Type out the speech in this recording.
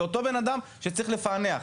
זה אותו בן אדם שצריך לפענח.